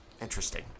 Interesting